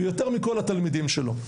ויותר מכל לתלמידים שלו,